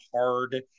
hard